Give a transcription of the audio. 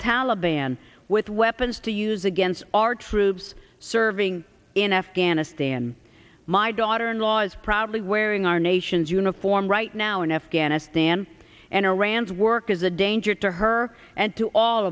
taliban with weapons to use against our troops serving in afghanistan my daughter in laws proudly wearing our nation's uniform right now in afghanistan and iran's work as a danger to her and to all